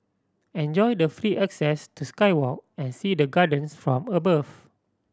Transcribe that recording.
enjoy the free access to sky walk and see the gardens from above